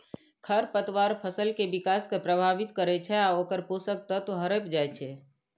खरपतवार फसल के विकास कें प्रभावित करै छै आ ओकर पोषक तत्व हड़पि जाइ छै